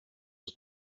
was